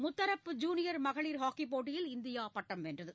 முத்தரப்பு ஜூனியர் மகளிர் ஹாக்கிப்போட்டியில் இந்தியா பட்டம் வென்றது